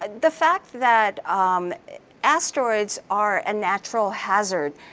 ah the fact that um asteroids are a natural hazard,